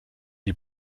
die